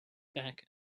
back